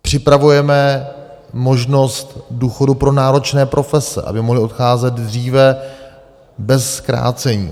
Připravujeme možnost důchodu pro náročné profese, aby mohly odcházet dříve bez zkrácení.